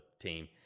team